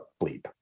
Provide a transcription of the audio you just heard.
bleep